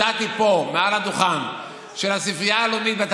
אני הודעתי פה מעל הדוכן שלספרייה הלאומית,